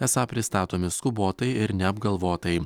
esą pristatomi skubotai ir neapgalvotai